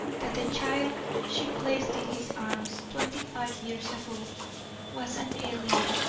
that the child she placed in his arms twenty-five years ago was an alien,